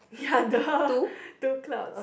ya the two clouds